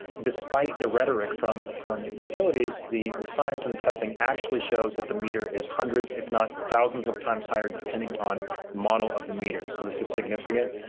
despite the rhetoric from from utilities, the the science and the testing actually shows that the meter is hundreds, if not thousands, of times higher depending on model of the meter. so, this is significant.